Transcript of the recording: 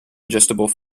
adjustable